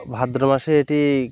ভাদ্র মাসে এটি